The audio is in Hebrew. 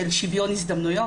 של שוויון הזדמנויות,